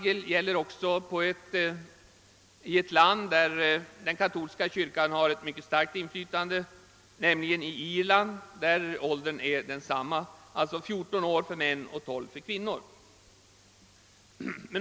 Ett annat land, där den katolska kyrkan också har starkt inflytande är Irland, och där är giftermålsåldern densamma, alltså 14 år för män och 12 för kvinnor.